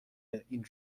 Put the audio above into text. این